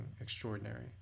extraordinary